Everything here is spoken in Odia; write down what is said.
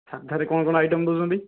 ସାଧାରେ କ'ଣ କ'ଣ ଆଇଟମ ଦେଉଛନ୍ତି